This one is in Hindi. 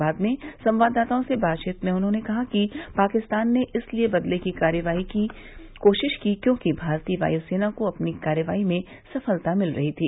बाद में संवाददाताओं से बातचीत में उन्होंने कहा कि पाकिस्तान ने इसलिए बदले की कार्रवाई की कोशिश की क्योंकि भारतीय वायुसेना को अपनी कार्रवाई में सफलता मिल रही थी